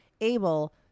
able